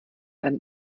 allem